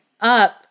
up